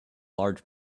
large